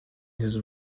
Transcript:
his